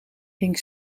hing